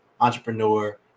entrepreneur